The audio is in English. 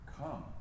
come